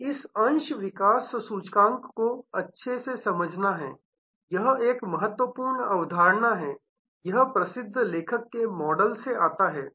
अब इस अंश विकास सूचकांक को समझना अच्छा है यह एक महत्वपूर्ण अवधारणा है यह प्रसिद्ध लेखक के मॉडल से आता है